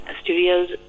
studios